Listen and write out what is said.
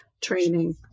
training